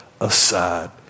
aside